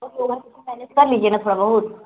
बहुत लोग है तो फिर मैनेज कर लीजिए ना थोड़ा बहुत